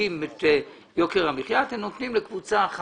מפחיתים את יוקר המחייה אלא אתם נותנים לקבוצה אחת